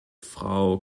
frau